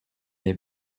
les